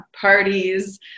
parties